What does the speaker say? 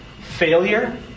Failure